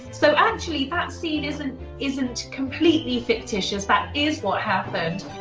so actually that scene isn't isn't completely fictitious. that is what happened.